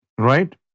Right